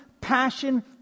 passion